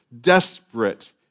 desperate